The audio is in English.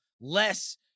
less